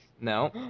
No